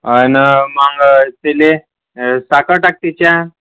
अन मग त्याले साखर टाक त्याच्यात